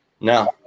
No